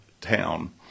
town